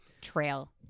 trail